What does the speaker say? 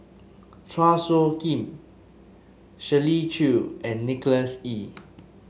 Chua Soo Khim Shirley Chew and Nicholas Ee